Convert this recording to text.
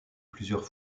plusieurs